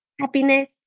happiness